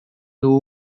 dugu